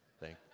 Thank